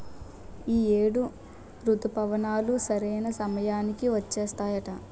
ఈ ఏడు రుతుపవనాలు సరైన సమయానికి వచ్చేత్తాయట